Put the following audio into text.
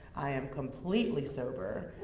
i am completely sober.